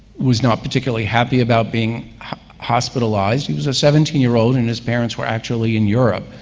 was not particularly happy about being hospitalized he was a seventeen year old and his parents were actually in europe,